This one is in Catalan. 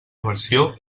versió